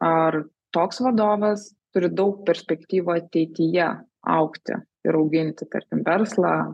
ar toks vadovas turi daug perspektyvų ateityje augti ir auginti tarkim verslą